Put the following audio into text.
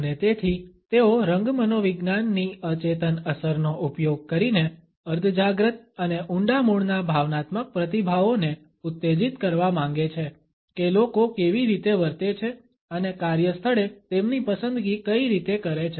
અને તેથી તેઓ રંગ મનોવિજ્ઞાનની અચેતન અસરનો ઉપયોગ કરીને અર્ધજાગ્રત અને ઊંડા મૂળના ભાવનાત્મક પ્રતિભાવોને ઉત્તેજિત કરવા માંગે છે કે લોકો કેવી રીતે વર્તે છે અને કાર્યસ્થળે તેમની પસંદગી કઈ રીતે કરે છે